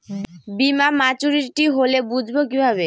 বীমা মাচুরিটি হলে বুঝবো কিভাবে?